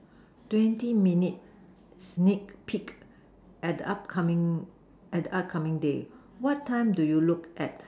twenty minutes next peek and up coming and up coming day what time do you look at